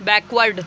backward